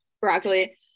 broccoli